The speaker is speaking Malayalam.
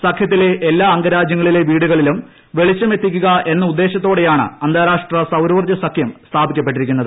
സഖ്യത്തിലെ എല്ലാ അംഗരാജ്യങ്ങളിലെ വീടുകളിലും വെളിച്ചും എത്തിക്കുക എന്ന ഉദ്ദേശത്തോടെയാണ് അന്താരാഷ്ട്ര സൌരോർജ്ജസഖ്യം സ്ഥാപിക്കപ്പെട്ടിരിക്കുന്നത്